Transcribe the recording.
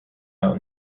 out